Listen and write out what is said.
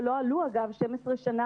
שלא עלו 12 שנה.